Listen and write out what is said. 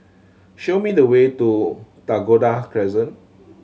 show me the way to Dakota Crescent